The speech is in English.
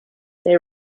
they